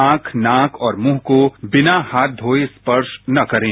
आंख नाक और मुंह को बिना हाथ धोये स्पर्श न करें